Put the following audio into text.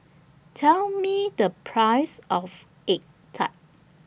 Tell Me The Price of Egg Tart